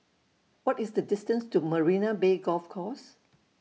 What IS The distance to Marina Bay Golf Course